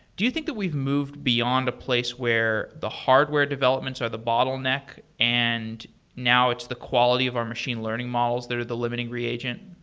do you think that we've moved beyond a place where the hardware developments are the bottleneck, and now it's the quality of our machine learning models that are the limiting reagent?